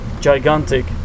gigantic